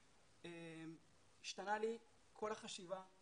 בעקבות האירוע השתנתה לי כל החשיבה,